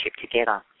together